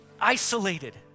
isolated